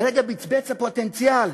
לרגע בצבץ הפוטנציאל,